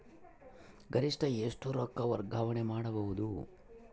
ಗರಿಷ್ಠ ಎಷ್ಟು ರೊಕ್ಕ ವರ್ಗಾವಣೆ ಮಾಡಬಹುದು?